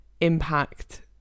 impact